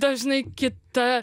dažnai kita